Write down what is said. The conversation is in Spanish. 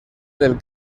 del